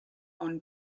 own